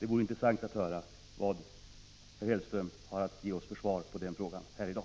Det vore intressant att höra vad herr Hellström har att säga oss om detta här i dag.